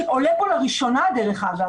שעולה פה לראשונה דרך אגב,